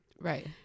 Right